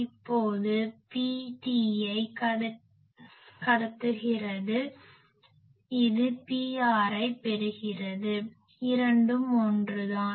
இப்போது இது Ptஐ கடத்துகிறது இது Prஐ பெறுகிறது இரண்டும் ஒன்று தான்